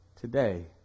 today